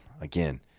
again